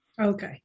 okay